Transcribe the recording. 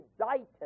indicted